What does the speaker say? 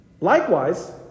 Likewise